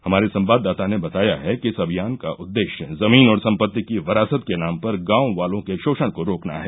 हमारे सवाददाता ने बताया है कि इस अभियान का उद्देश्य जमीन और संपत्ति की वरासत के नाम पर गांव वालों के शोषण को रोकना है